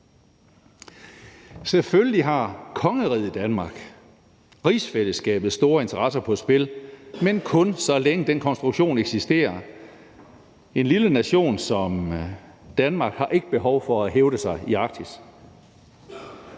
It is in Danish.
Selvfølgelig har kongeriget Danmark, rigsfællesskabet, store interesser på spil, men kun så længe den konstruktion eksisterer. En lille nation som Danmark har ikke behov for at hævde sig i Arktis.